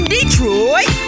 Detroit